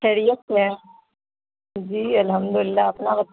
خیریت سے ہیں جی الحمدللہ اپنا بتا